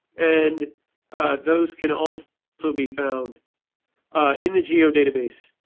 and those can also so be found in the geo database,